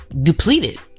depleted